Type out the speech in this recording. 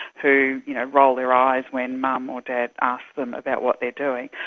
who you know roll their eyes when mum or dad ask them about what they're doing.